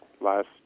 last